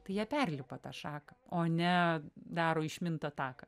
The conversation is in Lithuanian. tai jie perlipa tą šaką o ne daro išmintą taką